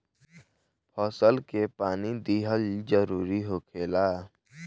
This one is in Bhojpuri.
फसल के पानी दिहल जरुरी होखेला